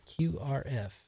QRF